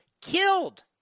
killed